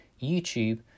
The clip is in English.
YouTube